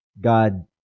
god